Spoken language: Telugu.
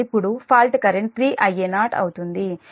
ఇప్పుడు ఫాల్ట్ కరెంట్ 3Ia0 అవుతుంది అది మీ 3 j మీ 0